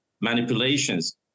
manipulations